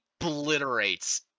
obliterates